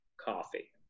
coffee